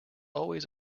always